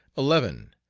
eleven.